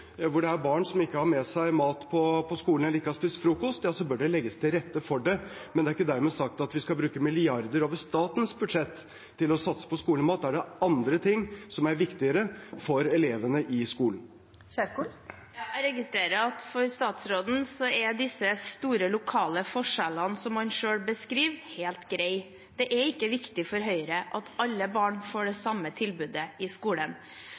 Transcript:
hvor det er barn som ikke har med seg mat på skolen, eller ikke har spist frokost, bør det legges til rette for det, men det er ikke dermed sagt at vi skal bruke milliarder over statens budsjett til å satse på skolemat. Da er det andre ting som er viktigere for elevene i skolen. Ingrid Kjerkol – til oppfølgingsspørsmål. Jeg registrerer at for statsråden er disse store lokale forskjellene som han selv beskriver, helt greie. Det er ikke viktig for Høyre at alle barn får det samme tilbudet i skolen.